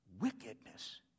Wickedness